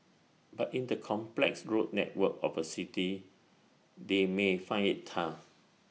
but in the complex road network of A city they may find IT tough